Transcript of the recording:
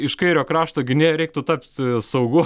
iš kairio krašto gynėjo reiktų tapti saugu